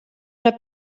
era